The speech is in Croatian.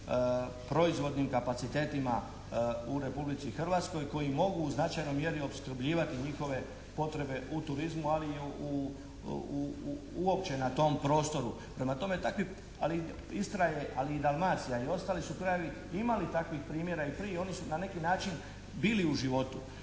proizvodnim kapacitetima u Republici Hrvatskoj koji mogu u značajnoj mjeri opskrbljivati njihove potrebe u turizmu ali i uopće na tom prostoru. Prema tome takvi, ali Istra je i Dalmacija i ostali su krajevi imali takvih primjera i prije i oni su na neki način bili u životu.